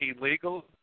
illegal